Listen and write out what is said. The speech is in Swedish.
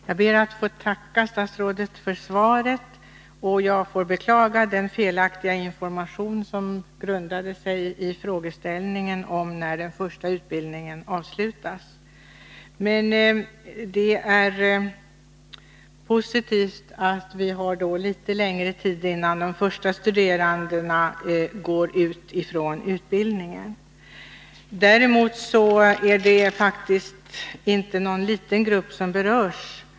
Herr talman! Jag ber att få tacka statsrådet för svaret. Jag beklagar den felaktiga uppgift om när den första utbildningen kommer att avslutas som frågan grundade sig på. Det är positivt att vi har längre tid innan de första studerandena går ut från utbildningen. Däremot är det faktiskt inte någon liten grupp som berörs.